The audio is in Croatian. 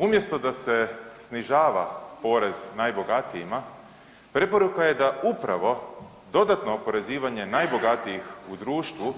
Umjesto da se snižava porez najbogatijima preporuka je da upravo dodatno oporezivanje najbogatijih u društvu